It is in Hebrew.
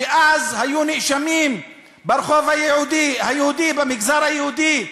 כשאז היו נאשמים ברחוב היהודי, במגזר היהודי,